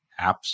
apps